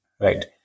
right